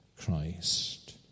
Christ